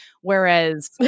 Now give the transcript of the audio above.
Whereas